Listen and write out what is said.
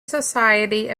society